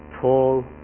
tall